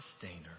Sustainer